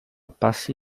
passi